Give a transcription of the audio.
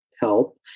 help